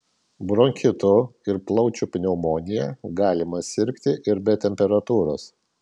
bronchitu ir plaučių pneumonija galima sirgti ir be temperatūros